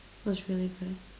was really good